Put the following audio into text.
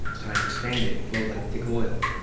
time expanded, flowed like thick oil.